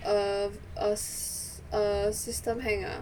err a err system hang ah